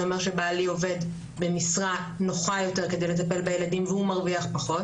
זה אומר שבעלי עובד במשרה נוחה יותר כדי לטפל בילדים והוא מרוויח פחות.